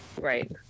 right